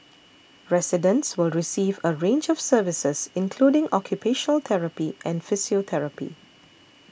residents will receive a range of services including occupational therapy and physiotherapy